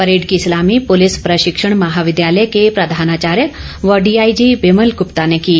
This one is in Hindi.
परेड की सलामी पुलिस प्रशिक्षण महाविद्यालय के प्रधानाचार्य व डीआईजी बिमल ग्रप्ता ने ली